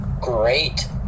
great